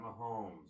Mahomes